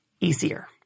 easier